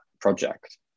project